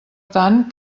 tant